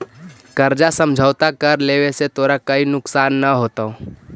कर्जा समझौता कर लेवे से तोरा कोई नुकसान न होतवऽ